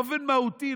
באופן מהותי,